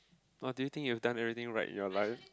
!woah! do you think you've done everything right in your life